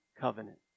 covenant